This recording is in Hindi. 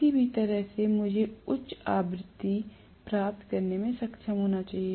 किसी भी तरह से मुझे उच्च आवृत्ति प्राप्त करने में सक्षम होना चाहिए